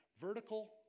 vertical